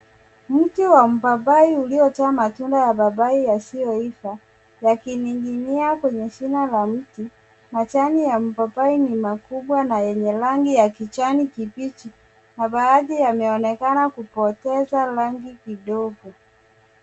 Mti wa papai uliojaa matunda ya papai yasiyoiva yakining'inia kwenye shina ya mti. Majani ya mpapai ni makubwa na yenye rangi ya kijani kibichi na baadhi yameonekana kupoteza rangi kidogo.